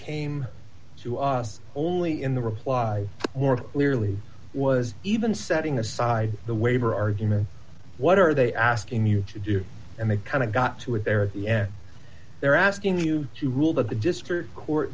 came to us only in the reply more clearly was even setting aside the waiver argument what are they asking you to do and that kind of got to it there at the end they're asking you to rule that the district court